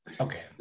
Okay